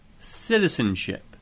citizenship